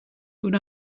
good